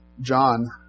John